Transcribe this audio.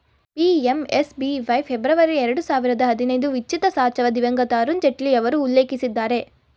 PMSBY February ಎರಡು ಸಾವಿರದ ಹದಿನೈದು ವಿತ್ಚಿತಸಾಚವ ದಿವಂಗತ ಅರುಣ್ ಜೇಟ್ಲಿಯವರು ಉಲ್ಲೇಖಿಸಿದ್ದರೆ